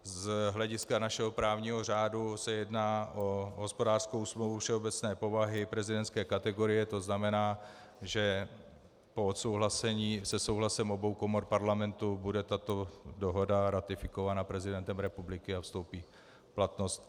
Z hlediska našeho právního řádu se jedná o hospodářskou smlouvu všeobecné povahy prezidentské kategorie, tzn. že po odsouhlasení obou komor Parlamentu bude tato dohoda ratifikovaná prezidentem republiky a vstoupí v platnost.